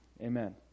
Amen